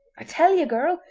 i tell ye, girl,